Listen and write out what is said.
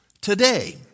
Today